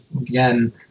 again